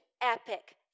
epic